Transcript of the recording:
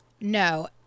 No